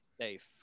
safe